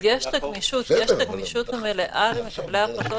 יש את הגמישות המלאה למקבלי ההחלטות